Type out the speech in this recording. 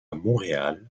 montréal